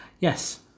Yes